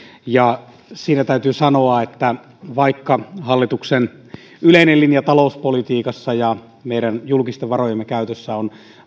siitä täytyy sanoa että vaikka hallituksen yleinen linja talouspolitiikassa ja meidän julkisten varojemme käytössä on